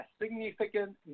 significant